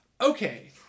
Okay